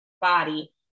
body